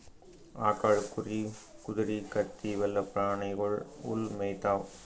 ಆಕಳ್, ಕುರಿ, ಕುದರಿ, ಕತ್ತಿ ಇವೆಲ್ಲಾ ಪ್ರಾಣಿಗೊಳ್ ಹುಲ್ಲ್ ಮೇಯ್ತಾವ್